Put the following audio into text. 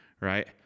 right